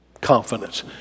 Confidence